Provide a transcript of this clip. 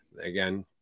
Again